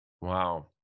Wow